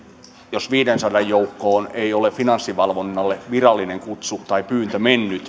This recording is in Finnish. jos viidensadan joukossa ei ole finanssivalvonnalle virallinen kutsu tai pyyntö mennyt